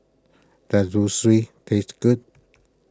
does Zosui taste good